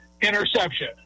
interception